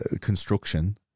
construction